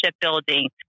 building